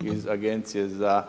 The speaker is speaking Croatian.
iz Agencije za